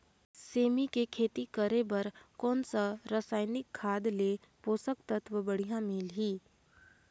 सेमी के खेती बार कोन सा रसायनिक खाद ले पोषक तत्व बढ़िया मिलही?